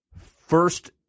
first